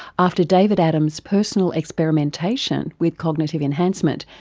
after david adam's personal experimentation with cognitive enhancement,